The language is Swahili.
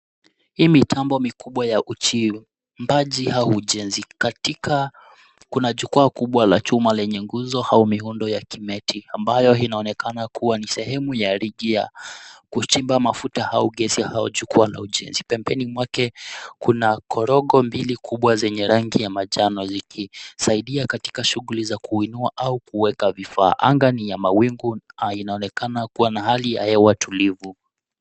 Hii mitambo mikubwa ya uchimbaji au ujenzi katika, kuna jukwa kubwa lenye nguzo au miundo yakimeti ambayo ina onekana kuwa ni sehemu ya ligi ya kuchimba mafuta au gesi hauchukwa la ujenzi. Pembeni mwake kuna korogo mbili kubwa zenye rangi ya manjano zikisaidia shughuli za kuinua au kuweka vifaa . Anga ni ya mawingu ina onekana kuwa na hali ya hewa tulivu.